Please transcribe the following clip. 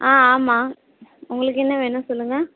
ஆ ஆமா உங்களுக்கு என்ன வேணும் சொல்லுங்கள்